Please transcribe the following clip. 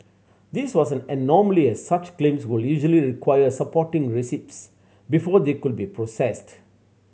this was an anomaly as such claims would usually require supporting receipts before they could be processed